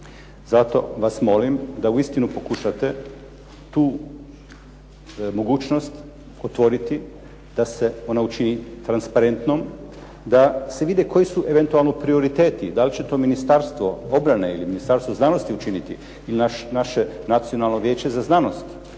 Zato vas molim da uistinu pokušate tu mogućnost otvoriti da se ona učini transparentnom, da se vidi koji su eventualno prioriteti, da li će to Ministarstvo obrane ili Ministarstvo znanosti učiniti, ili naše Nacionalno vijeće za znanost,